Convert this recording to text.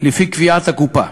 לפי קביעת הקופה,